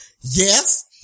yes